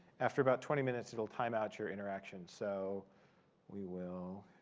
after about twenty minutes, it'll time out your interaction. so we will